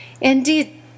Indeed